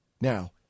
Now